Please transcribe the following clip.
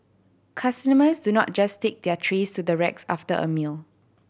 customers do not just take their trays to the racks after a meal